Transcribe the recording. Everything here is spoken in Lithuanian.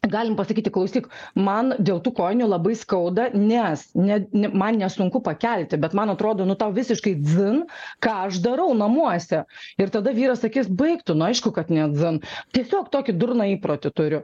galim pasakyti klausyk man dėl tų kojinių labai skauda nes ne man nesunku pakelti bet man atrodo nu tau visiškai dzin ką aš darau namuose ir tada vyras sakys baik tu nu aišku kad ne dzin tiesiog tokį durną įprotį turiu